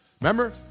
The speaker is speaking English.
Remember